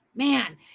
Man